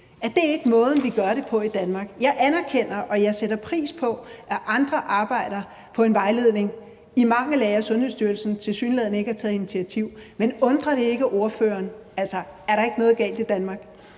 Er det ikke måden, vi gør det på i Danmark? Jeg anerkender og jeg sætter pris på, at andre arbejder på en vejledning i mangel af, at Sundhedsstyrelsen tilsyneladende ikke har taget initiativ til at lave en, men undrer det ikke ordføreren? Altså, er der ikke noget galt i Danmark?